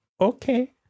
Okay